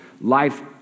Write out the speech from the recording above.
life